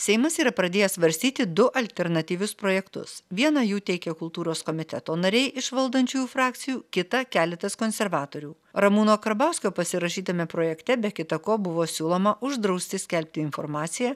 seimas yra pradėjęs svarstyti du alternatyvius projektus vieną jų teikia kultūros komiteto nariai iš valdančiųjų frakcijų kitą keletas konservatorių ramūno karbauskio pasirašytame projekte be kita ko buvo siūloma uždrausti skelbti informaciją